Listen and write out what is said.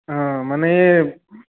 অঁ মানে এই